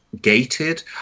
gated